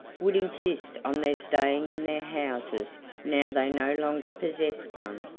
would insist on their staying in their houses now they no longer possessed one.